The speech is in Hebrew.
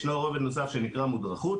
ישנו רובד נוסף שנקרא מודרכות.